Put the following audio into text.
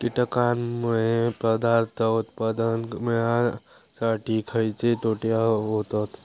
कीटकांनमुळे पदार्थ उत्पादन मिळासाठी खयचे तोटे होतत?